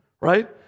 right